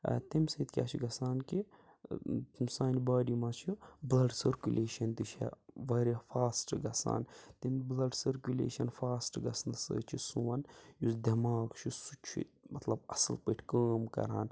ٲں تَمہِ سۭتۍ کیٛاہ چھُ گَژھان کہِ ٲں سانہِ باڈی منٛز چھُ بٕلَڈ سٔرکولیشَن تہِ چھِ واریاہ فاسٹہٕ گژھان تَمہِ بٕلَڈ سٔرکولیشَن فاسٹہٕ گَژھنہٕ سۭتۍ چھُ سون یُس دیٚماغ چھُ سُہ چھُ مطلب اصٕل پٲٹھۍ کٲم کَران